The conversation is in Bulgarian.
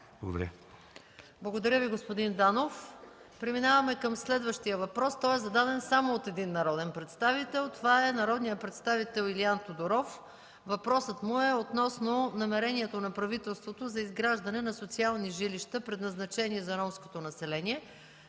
Благодаря Ви, господин Данов. Преминаваме към следващия въпрос. Той е зададен само от един народен представител – това е народният представител Илиан Тодоров. Въпросът му е относно намерението на правителството за изграждане на социални жилища, предназначени за ромското население.